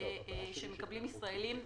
שמקבלים ישראלים,